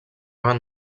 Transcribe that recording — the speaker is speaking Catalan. van